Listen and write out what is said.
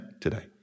today